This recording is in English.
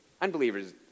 Unbelievers